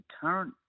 current